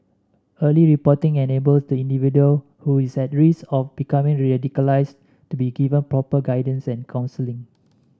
early reporting enable the individual who is at risk of becoming radicalised to be given proper guidance and counselling